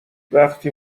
وقتی